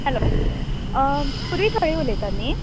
hello Purvi थळी उलयता न्ही